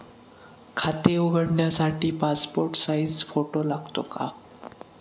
खाते उघडण्यासाठी passport size photo लागतो का?